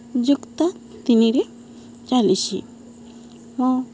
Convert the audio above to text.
ଯୁକ୍ତ ତିନିରେ ଚାଲିଛି ମୋ